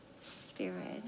spirit